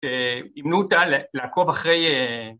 א...אימנו אותה לעקוב אחרי...